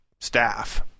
staff